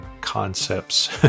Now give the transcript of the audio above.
concepts